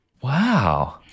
Wow